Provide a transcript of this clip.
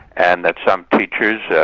and that some teachers, yeah